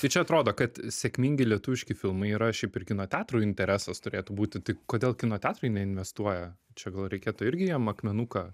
tai čia atrodo kad sėkmingi lietuviški filmai yra šiaip ir kino teatrui interesas turėtų būti tai kodėl kino teatrai neinvestuoja čia gal reikėtų irgi jiem akmenuką